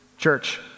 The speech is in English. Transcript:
Church